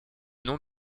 nom